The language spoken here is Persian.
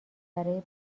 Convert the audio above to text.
برای